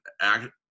act